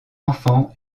enfant